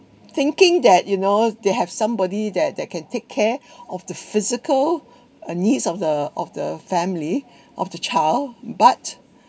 thinking that you know they have somebody that they can take care of the physical uh needs of the of the family of the child but